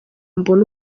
mbona